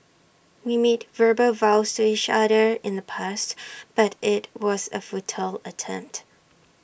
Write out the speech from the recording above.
we made verbal vows to each other in the past but IT was A futile attempt